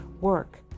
work